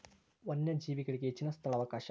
ವನ್ಯಜೇವಿಗಳಿಗೆ ಹೆಚ್ಚಿನ ಸ್ಥಳಾವಕಾಶ